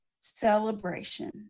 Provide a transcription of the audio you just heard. celebration